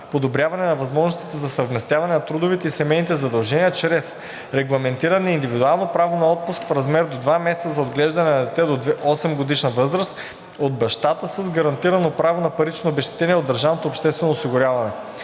подобряване на възможностите за съвместяване на трудовите и семейните задължения чрез: регламентиране индивидуално право на отпуск в размер до 2 месеца за отглеждане на дете до 8-годишна възраст от бащата, с гарантирано право на парично обезщетение от държавното обществено осигуряване.